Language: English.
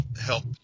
help